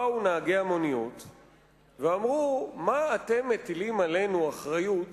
באו נהגי המוניות ואמרו: מה אתם מטילים עלינו אחריות